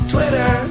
Twitter